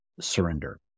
surrender